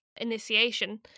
initiation